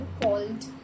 called